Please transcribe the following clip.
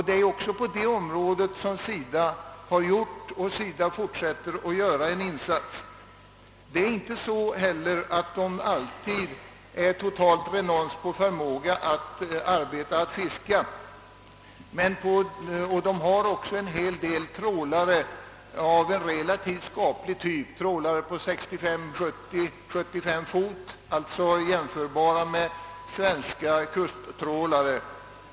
Det är ju också på det området som SIDA har gjort och fortsätter att göra en insats. Det är inte så att folket där inte kan fiska. Man har också en hel del trålare av relativt skaplig typ — trålare på 65—70—75 fot, alltså jämförbara med svenska kusttrålare.